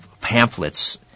pamphlets